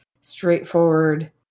straightforward